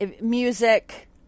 Music